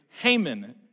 Haman